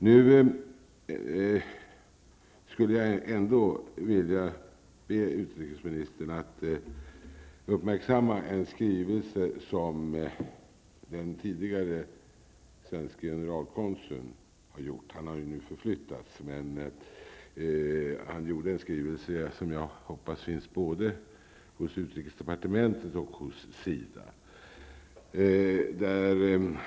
Jag skulle ändå vilja be utrikesministern att uppmärksamma en skrivelse som den tidigare svenske generalkonsuln har gjort. Han har nu förflyttats, men han utformade en skrivelse som jag hoppas finns både hos utrikesdepartementet och hos SIDA.